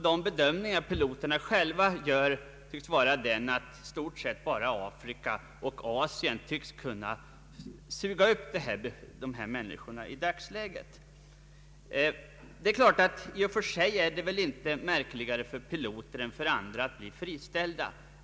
De bedömningar piloterna själva gör tycks gå ut på att det i stort sett bara är Afrika och Asien som i dagsläget kan suga upp dem. I och för sig är det väl inte märkligare för piloter än för andra att bli friställda.